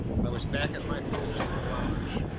i was back at my post in the lounge.